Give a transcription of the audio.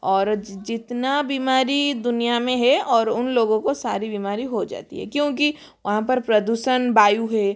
और जितना बीमारी दुनिया में है और उन लोगों को सारी बीमारी हो जाती है क्योंकि वहाँ पर प्रदूषण वायु है